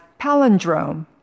palindrome